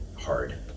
hard